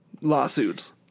lawsuits